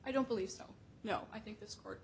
i don't believe so no i think this court